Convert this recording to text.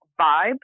vibe